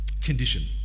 condition